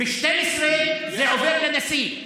ב-24:00 זה עובר לנשיא.